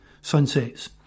sunsets